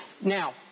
Now